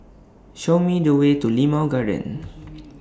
Show Me The Way to Limau Garden